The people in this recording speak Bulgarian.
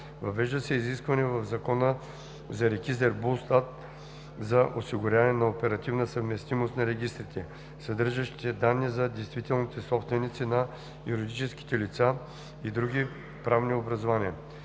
въвежда се изискване в Закона за регистър БУЛСТАТ за осигуряване на оперативна съвместимост на регистрите, съдържащи данни за действителните собственици на юридическите лица и други правни образования.